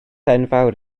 enfawr